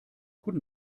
guten